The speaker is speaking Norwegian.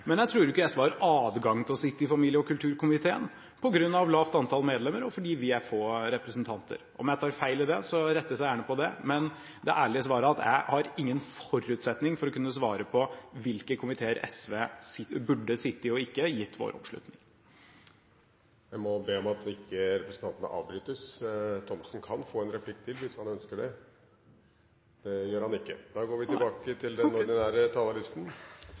Men så vidt jeg har forstått, har ikke SV adgang til å sitte i familie- og kulturkomiteen på grunn av lavt antall medlemmer, og fordi vi er få representanter. Om jeg tar feil i det, rettes jeg gjerne på det, men det ærlige svaret er at jeg har ingen forutsetning for å kunne svare på hvilke komiteer SV burde sitte i og ikke, gitt vår oppslutning. Presidenten må be om at representantene ikke avbrytes. Representanten Thomsen kan få en replikk til hvis han ønsker det. – Det gjør han ikke. Replikkordskiftet er da